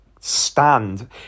stand